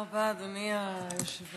תודה רבה, אדוני היושב-ראש.